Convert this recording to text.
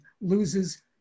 loses